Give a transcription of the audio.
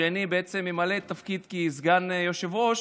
כשאני בעצם אמלא תפקיד כסגן יושב-ראש,